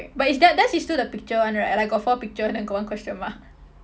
but it's their theirs is still the picture [one] right like got four picture then got one question mark